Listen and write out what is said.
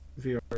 VR